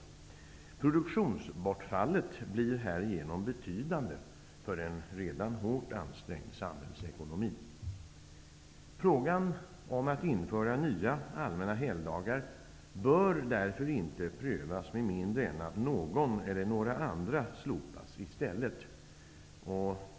Produktionsbortfallet blir härigenom betydande för en redan hårt ansträngd samhällsekonomi. Frågan om att införa nya allmänna helgdagar bör därför inte prövas med mindre än att någon eller några andra slopas i stället.